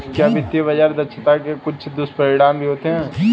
क्या वित्तीय बाजार दक्षता के कुछ दुष्परिणाम भी होते हैं?